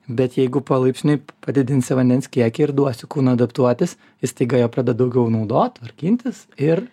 bet jeigu palaipsniui padidinsi vandens kiekį ir duosi kūnui adaptuotis jis staiga jo pradeda daugiau naudot tvarkintis ir